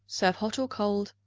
serve hot or cold,